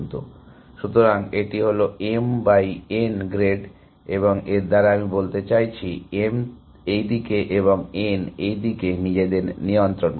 সুতরাং এটি হলো m বাই n গ্রেড এবং এর দ্বারা আমি বলতে চাচ্ছি m এই দিকে এবং n এই দিকে নিজেদের নিয়ন্ত্রণ করে